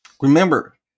Remember